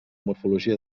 morfologia